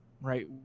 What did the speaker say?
right